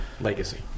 Legacy